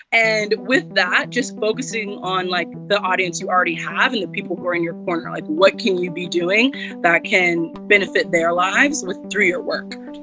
and with that, just focusing on, like, the audience you already have and the people who are in your corner, like, what can you be doing that can benefit their lives with through your work?